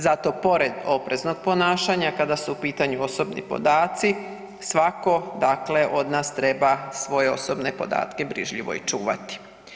Zato pored opreznog ponašanja kada su u pitanju osobni podaci, svako dakle od nas treba svoje osobne podatke brižljivo i čuvati.